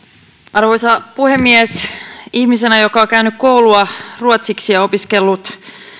arvoisa puhemies ihmisenä joka on käynyt koulua ruotsiksi ja opiskellut